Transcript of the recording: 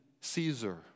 Caesar